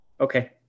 Okay